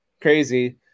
crazy